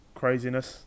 craziness